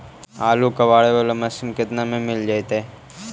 आलू कबाड़े बाला मशीन केतना में मिल जइतै?